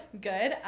Good